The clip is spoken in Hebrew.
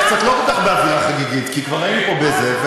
אני קצת לא כל כך באווירה חגיגית כי כבר היינו פה בזה,